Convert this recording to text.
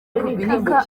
repubulika